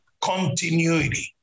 continuity